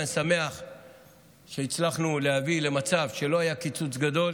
ואני שמח שהצלחנו להביא למצב שלא היה קיצוץ גדול,